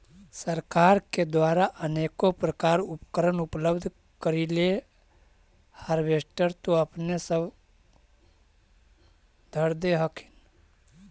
सरकार के द्वारा अनेको प्रकार उपकरण उपलब्ध करिले हारबेसटर तो अपने सब धरदे हखिन?